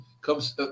comes